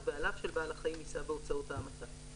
ובעליו של בעל החיים יישא בהוצאות ההמתה".